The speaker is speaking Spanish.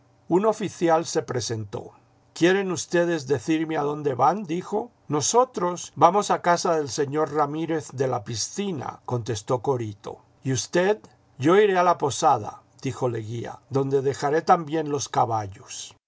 vn oficial se presentó quieren ustedes decirme adonde van dijo nosotros vamos a casa del señor ramírez de la piscina contestó corito y usted yo iré a la posada dijo leguía donde dejaré también los caballos